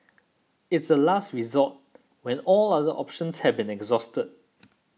it's a last resort when all other options have been exhausted